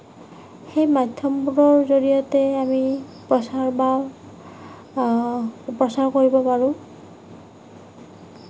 সেই মাধ্যমবোৰৰ জৰিয়তে আমি প্ৰচাৰ বা উপস্থাপন কৰিব পাৰোঁ